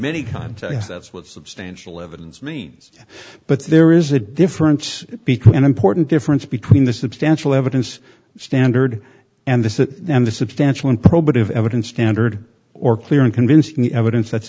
many contexts that's what substantial evidence means but there is a difference between an important difference between the substantial evidence standard and the and the substantial and probative evidence tendered or clear and convincing evidence